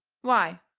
why?